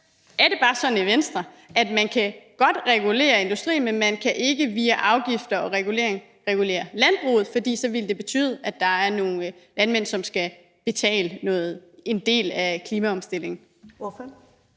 Er det bare sådan i Venstre, at man godt kan regulere industrien, men at man ikke via afgifter og regulering kan regulere landbruget, fordi det så ville betyde, at der var nogle landmænd, som så skulle betale en del af klimaomstillingen? Kl.